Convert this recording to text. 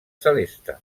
celeste